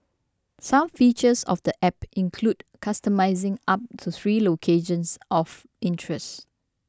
some features of the app include customising up to three locations of interest